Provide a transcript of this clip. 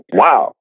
wow